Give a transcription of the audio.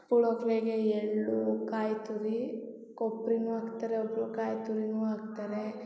ಪುಳ್ಯೋಗ್ರೆ ಎಳ್ಳು ಕಾಯಿ ತುರಿ ಕೊಬ್ಬರಿನೂ ಹಾಕ್ತಾರೆ ಒಬ್ಬರು ಕಾಯಿ ತುರಿನು ಹಾಕ್ತಾರೆ